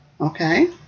okay